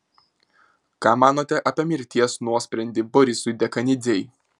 ką manote apie mirties nuosprendį borisui dekanidzei